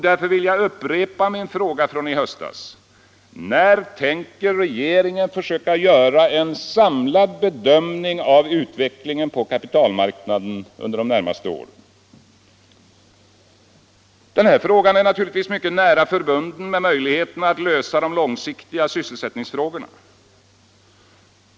Därför vill jag upprepa min fråga från i höstas: När tänker regeringen försöka göra en samlad bedömning av utvecklingen på kapitalmarknaden under de närmaste åren? Den frågan är naturligtvis mycket nära förbunden med möjligheterna att lösa de långsiktiga sysselsättningsfrågorna.